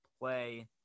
play